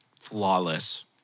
flawless